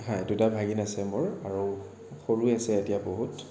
হয় দুটা ভাগিন আছে মোৰ আৰু সৰু হৈ আছে এতিয়া বহুত